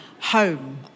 home